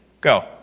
Go